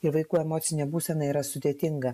ir vaikų emocinė būsena yra sudėtinga